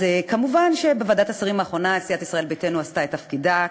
וכמובן שבישיבת ועדת השרים האחרונה סיעת ישראל ביתנו עשתה את תפקידה,